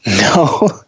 no